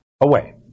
away